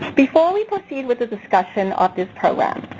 before we proceed with the discussion of this program,